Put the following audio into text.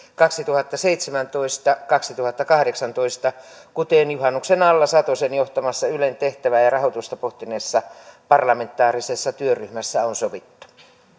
kaksituhattaseitsemäntoista viiva kaksituhattakahdeksantoista kuten juhannuksen alla satosen johtamassa ylen tehtävää ja ja rahoitusta pohtineessa parlamentaarisessa työryhmässä on sovittu